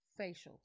facials